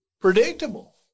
predictable